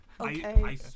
Okay